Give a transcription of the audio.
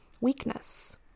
weakness